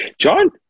John